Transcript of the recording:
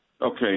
Okay